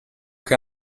che